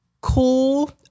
cool